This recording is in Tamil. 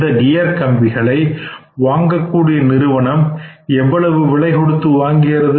இந்த கியர் கம்பிகளை வாங்கக்கூடிய மாருதி நிறுவனம் எவ்வளவு விலை கொடுத்து வாங்குகிறது